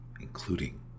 including